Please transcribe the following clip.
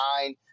nine